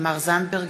תמר זנדברג,